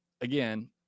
Again